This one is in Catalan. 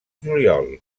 juliol